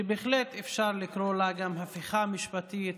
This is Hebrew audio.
שבהחלט אפשר לקרוא לה גם "הפיכה משפטית",